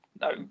no